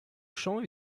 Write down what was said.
champs